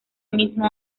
mismo